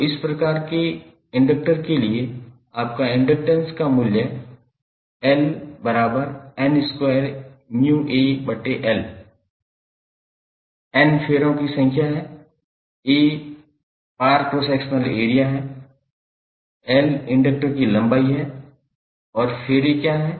तो इस प्रकार के इंडक्टर के लिए आपका इंडक्टैंस मूल्य 𝐿𝑁2𝜇𝐴𝑙 N फेरों की संख्या है A पार क्रॉस सेक्शनल एरिया है l इंडक्टर की लंबाई है और फेरे क्या है